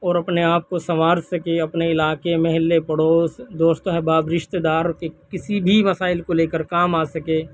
اور اپنے آپ کو سنوار سکیں اپنے علاقے محلے پڑوس دوست احباب رشتے دار کسی بھی مسائل کو لے کر کام آ سکیں